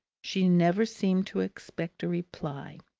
she never seemed to expect a reply,